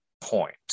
point